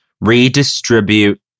Redistribute